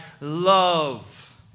love